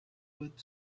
with